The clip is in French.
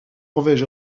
norvège